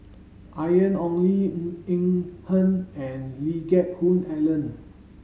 Ian Ong Li Ng Eng Hen and Lee Geck Hoon Ellen